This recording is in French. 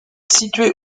situé